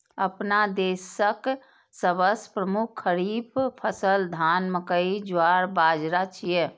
अपना देशक सबसं प्रमुख खरीफ फसल धान, मकई, ज्वार, बाजारा छियै